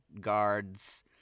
guards